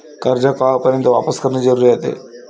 कर्ज कवापर्यंत वापिस करन जरुरी रायते?